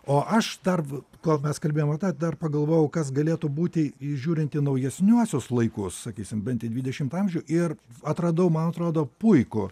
o aš dar v kol mes kalbėjom apie tą dar pagalvojau kas galėtų būti i žiūrint į naujesniuosius laikus sakysim bent į dvidešimtą amžių ir atradau man atrodo puikų